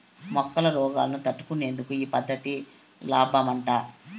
మొక్కల రోగాలను తట్టుకునేందుకు ఈ పద్ధతి లాబ్మట